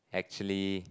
actually